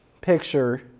picture